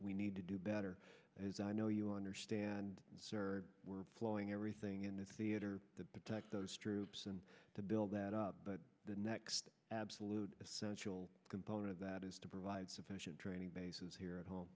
we need to do better as i know you understand sir we're flowing everything in the theater to protect those troops and to build that up but the next absolute essential component of that is to provide sufficient training bases here at home